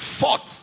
fought